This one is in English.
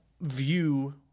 view